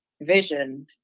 vision